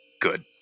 good